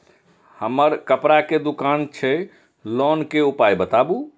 हमर कपड़ा के दुकान छै लोन के उपाय बताबू?